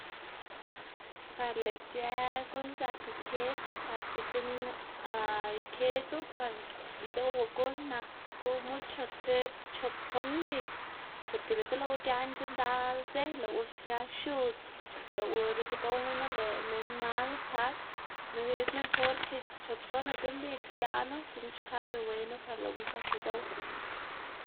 Par lëꞌ ic̲h̲ë guꞌn zak ikedz par dzekna ikedzu par idoꞌwugu naku mucho tib chop tson mbidz porque biꞌltsa lëꞌwu giaꞌnc̲h̲a ndal dze lëꞌwu sia xiudz lëꞌwu biꞌlsa gow minu lëꞌ minn mal sak es mejor ke chop tsonaga mbidz giaꞌnu, dzekna xka beꞌ wenu par lëꞌwu zak idoꞌw.